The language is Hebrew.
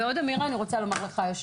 ואני רוצה לומר לך עוד משהו,